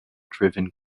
driven